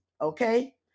Okay